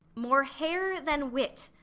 more hair than wit.